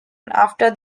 after